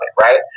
right